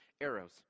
arrows